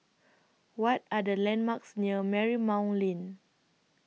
What Are The landmarks near Marymount Lane